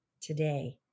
today